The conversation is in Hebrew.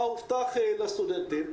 מה הובטח לסטודנטים,